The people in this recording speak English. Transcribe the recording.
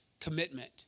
commitment